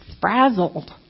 frazzled